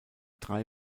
drei